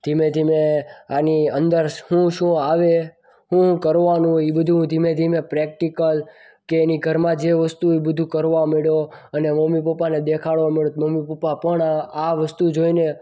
ધીમે ધીમે આની અંદર શું શું આવે હું કરવાનું ઈ બધું ધીમે ધીમે પ્રેક્ટીકલ કે એની ઘરમાં જે વસ્તુઓ બધું કરવા માંડ્યો અને મમ્મી પપ્પાને દેખાડવા માંડ્યો મમ્મી પપ્પા પણ આ વસ્તુ જોઈને